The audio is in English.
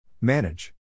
Manage